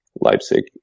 Leipzig